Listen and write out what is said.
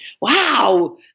wow